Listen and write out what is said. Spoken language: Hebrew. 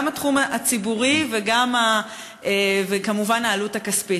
גם התחום הציבורי וכמובן העלות הכספית.